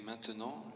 Maintenant